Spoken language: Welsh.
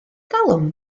talwm